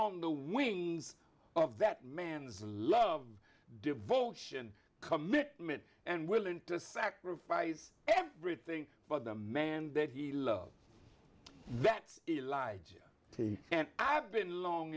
on the wings of that man's love devotion committment and willing to sacrifice everything for the man that he loved that he lied to and i've been long